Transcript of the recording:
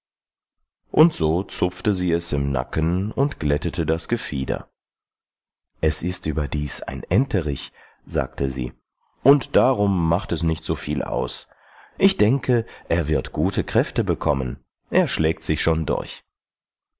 und so zupfte sie es im nacken und glättete das gefieder es ist überdies ein enterich sagte sie und darum macht es nicht so viel aus ich denke er wird gute kräfte bekommen er schlägt sich schon durch